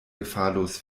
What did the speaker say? gefahrlos